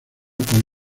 con